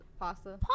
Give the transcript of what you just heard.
Pasta